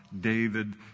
David